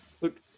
look